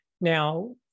Now